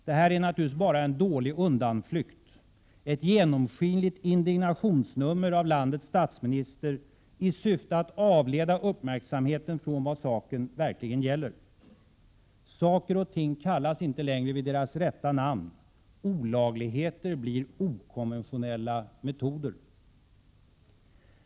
Detta är naturligtvis bara en dålig undanflykt, ett genomskinligt indignationsnummer av landets statsminister i syfte att avleda uppmärksamheten från vad saken gäller. Saker och ting kallas inte längre vid sina rätta namn. Olagligheter blir okonventionella metoder.